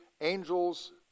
angels